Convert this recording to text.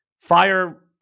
Fire